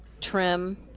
trim